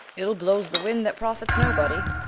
ill blowes the winde that profits no body,